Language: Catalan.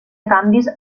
canvis